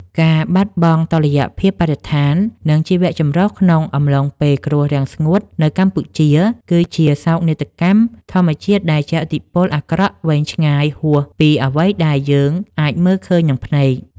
ការបាត់បង់តុល្យភាពបរិស្ថាន និងជីវចម្រុះក្នុងអំឡុងពេលគ្រោះរាំងស្ងួតនៅកម្ពុជា គឺជាសោកនាដកម្មធម្មជាតិដែលជះឥទ្ធិពលអាក្រក់វែងឆ្ងាយហួសពីអ្វីដែលយើងអាចមើលឃើញនឹងភ្នែក។